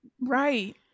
Right